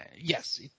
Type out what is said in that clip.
Yes